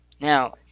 Now